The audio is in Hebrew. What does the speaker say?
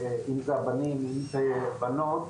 אם זה בנים אם זה בנות,